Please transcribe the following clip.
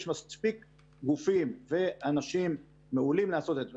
יש מספיק גופים ואנשים מעולים לעשות את זה.